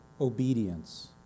obedience